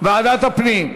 ועדת הפנים.